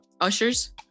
Ushers